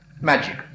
magic